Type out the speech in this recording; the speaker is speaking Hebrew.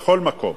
בכל מקום.